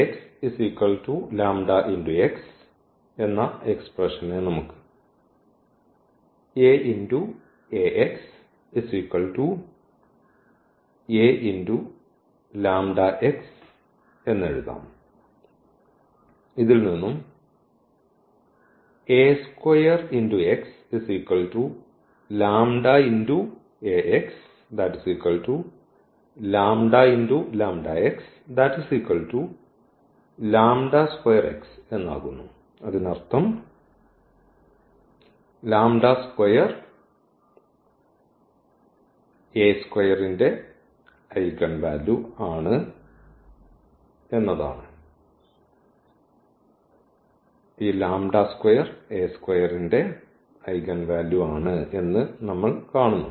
is eigenvalue of ഈ ന്റെ eigenvalue ആണ് എന്ന് നമ്മൾ കാണുന്നു